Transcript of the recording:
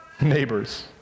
neighbors